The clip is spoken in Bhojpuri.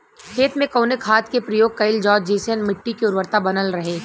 खेत में कवने खाद्य के प्रयोग कइल जाव जेसे मिट्टी के उर्वरता बनल रहे?